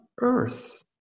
earth